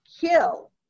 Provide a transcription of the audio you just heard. kill